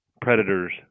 predators